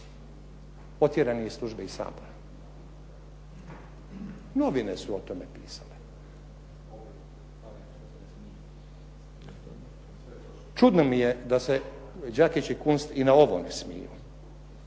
otjeran je iz službe iz Sabora. Novine su o tome pisale. Čudno mi je da se Đakić i Kunst i na ovo ne smiju.